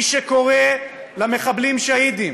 מי שקורא למחבלים "שהידים",